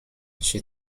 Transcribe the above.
she